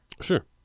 Sure